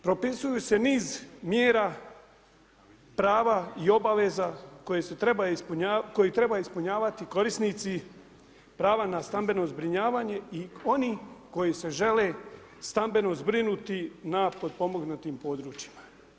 Propisuju se niz mjera, prava i obaveza koje trebaju ispunjavati korisnici prava na stambeno zbrinjavanje i oni koji se žele stambeno zbrinuti na potpomognutim područjima.